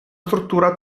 struttura